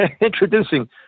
introducing